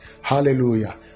Hallelujah